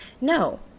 No